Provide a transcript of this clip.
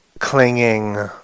Clinging